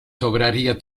sobraría